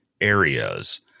areas